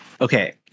Okay